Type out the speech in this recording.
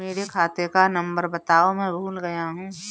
मेरे खाते का नंबर बताओ मैं भूल गया हूं